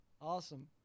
Awesome